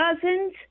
cousins